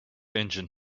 engine